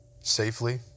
safely